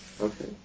Okay